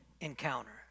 encounter